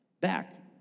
back